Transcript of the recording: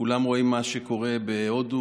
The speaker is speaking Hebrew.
כולם רואים מה שקורה בהודו,